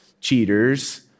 cheaters